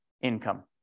income